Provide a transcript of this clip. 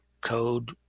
code